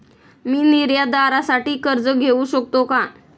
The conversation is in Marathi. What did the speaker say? मी निर्यातदारासाठी कर्ज घेऊ शकतो का?